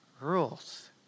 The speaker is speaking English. rules